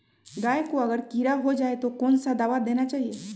गाय को अगर कीड़ा हो जाय तो कौन सा दवा देना चाहिए?